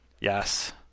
Yes